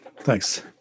thanks